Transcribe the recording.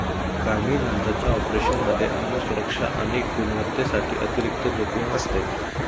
काढणीनंतरच्या ऑपरेशनमध्ये अन्न सुरक्षा आणि गुणवत्तेसाठी अतिरिक्त जोखीम असते